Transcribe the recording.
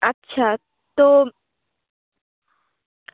আচ্ছা তো